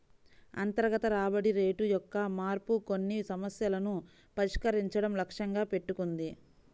అంతర్గత రాబడి రేటు యొక్క మార్పు కొన్ని సమస్యలను పరిష్కరించడం లక్ష్యంగా పెట్టుకుంది